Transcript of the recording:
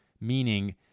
Meaning